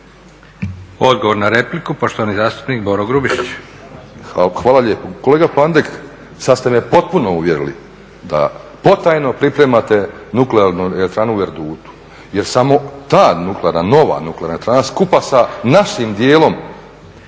Odgovor na repliku poštovani zastupnik Boro Grubišić. **Grubišić, Boro (HDSSB)** Evo, hvala lijepo. Kolega Pandek, sad ste me potpuno uvjerili da potajno pripremate nuklearnu elektranu u Erdutu, jer samo ta nuklearna, nova nuklearna elektrana skupa sa našim djelom